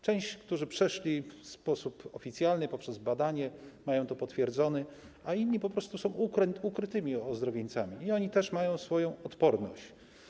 Część przeszła to w sposób oficjalny poprzez badanie, mają to potwierdzone, inni po prostu są ukrytymi ozdrowieńcami i też mają swoją odporność.